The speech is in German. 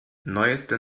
neueste